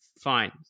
Fine